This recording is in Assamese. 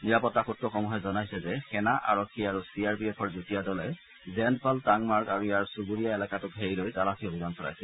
নিৰাপত্তা সূত্ৰসমূহে জনাইছে যে সেনা আৰক্ষী আৰু চি আৰ পি এফৰ যুটীয়া দলে জেণ্ডপাল টাংমাৰ্গ আৰু ইয়াৰ চুবুৰীয়া এলেকাতো ঘেৰি লৈ তালাচী অভিযান চলাইছিল